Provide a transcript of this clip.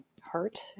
hurt